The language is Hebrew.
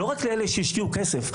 לא רק לאלה שהשקיעו כסף.